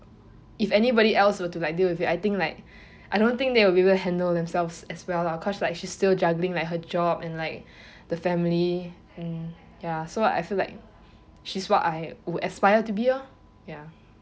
if anybody else were to like to deal with it I think like I don't think thee will be able to handle themselves as well lah cause like she is still juggling like her job and like the family mm ya so I feel like she is what I would aspire to be lor ya